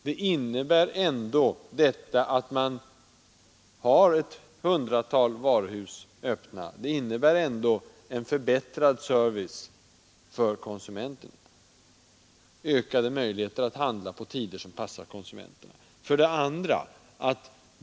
Det innebär ändå att man har ett hundratal varuhus öppna och en förbättrad service för konsumenten genom ökade möjligheter att handla på tider som passar denne. 2.